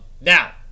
now